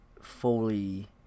fully